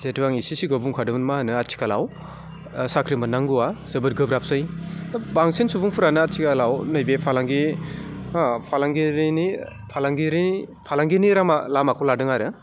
जिहेतु आं इसे सिगाङाव बुंखादोंमोन मा होनो आथिखालाव साख्रि मोननांगौआ जोबोद गोब्राबसै त' बांसिन सुबुंफोरानो आथिखालाव नैबे फालांगि हा फालांगिनि लामाखौ लादों आरो